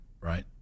right